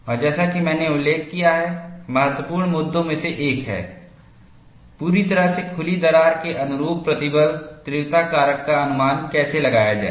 और जैसा कि मैंने उल्लेख किया है महत्वपूर्ण मुद्दों में से एक है पूरी तरह से खुली दरार के अनुरूप प्रतिबल तीव्रता कारक का अनुमान कैसे लगाया जाए